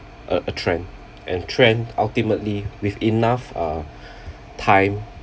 a a trend and trend ultimately with enough uh time